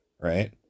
right